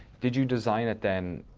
did you design it, then,